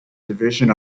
division